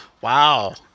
Wow